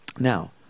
Now